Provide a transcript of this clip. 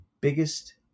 biggest